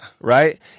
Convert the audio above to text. Right